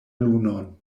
lunon